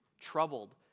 troubled